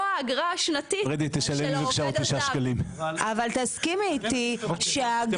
האגרה שנטיל של העובד הזר --- אבל תסכימי איתי שהאגרה